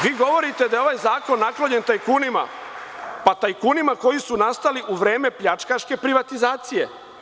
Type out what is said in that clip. Vi govorite da je ovaj zakon naklonjen tajkunima, pa tajkunima koji su nastali u vreme pljačkaške privatizacije.